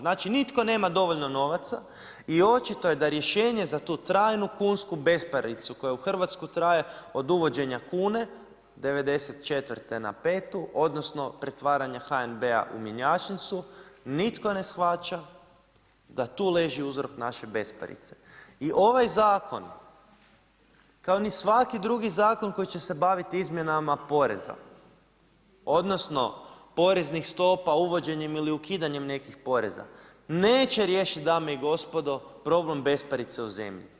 Znači nitko nema dovoljno novaca i očito je da rješenje za tu trajnu kunsku besparicu koja u Hrvatskoj traje od uvođenja kune '94. na petu odnosno pretvaranja HNB-a u mjenjačnicu nitko ne shvaća da tu loži uzrok naše besparice i ovaj zakon kao ni svaki drugi zakon koji će se baviti izmjenama poreza odnosno poreznih stopa uvođenjem ili ukidanjem nekih poreza neće riješiti problem besparice u zemlji.